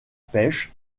pêche